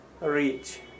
Reach